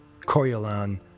Coriolan